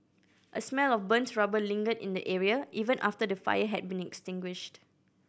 a smell of burnt rubber lingered in the area even after the fire had been extinguished